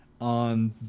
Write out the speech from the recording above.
on